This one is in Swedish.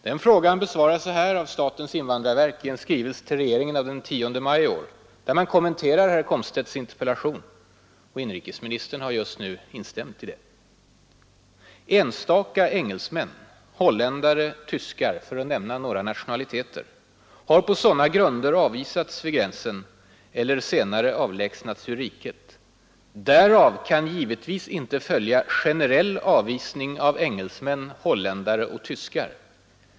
Den frågan besvaras så här av statens invandrarverk i en skrivelse till regeringen av den 10 maj i år, där man kommenterar herr Komstedts interpellation — och inrikesministern har just instämt i det uttalandet: ”Enstaka engelsmän, holländare, tyskar — för att nämna några nationaliteter — har på sådana grunder avvisats vid gränsen eller senare avlägsnats ur riket. Därav kan givetvis inte följa generell avvisning av engelsmän, holländare och tyskar.